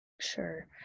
Sure